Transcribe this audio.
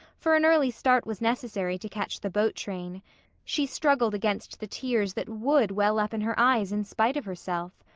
for an early start was necessary to catch the boat train she struggled against the tears that would well up in her eyes in spite of herself.